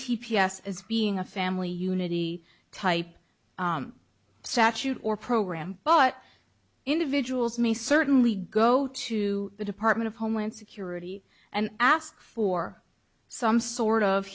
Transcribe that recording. t p s as being a family unity type satchel or program but individuals may certainly go to the department of homeland security and ask for some sort of